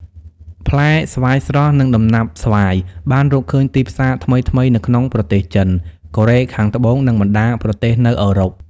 ផ្លែស្វាយស្រស់ និងដំណាប់ស្វាយ បានរកឃើញទីផ្សារថ្មីៗនៅក្នុងប្រទេសចិន កូរ៉េខាងត្បូង និងបណ្ដាប្រទេសនៅអឺរ៉ុប។